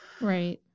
Right